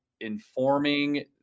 informing